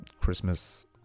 Christmas